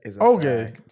Okay